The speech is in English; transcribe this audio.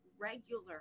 regular